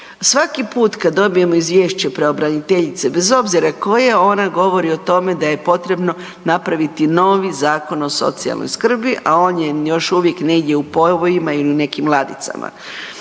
Svaki put kada dobijemo izvješće pravobraniteljice, bez obzira koje onda govori o tome da je potrebno napraviti novi Zakon o socijalnoj skrbi, a on je još uvijek negdje u povojima ili u nekim ladicama.